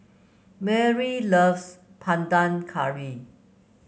Marylee loves Panang Curry